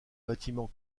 bâtiment